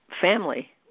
family